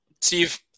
Steve